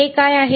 हे काय आहे